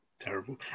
Terrible